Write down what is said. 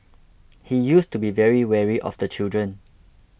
he used to be very wary of the children